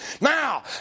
Now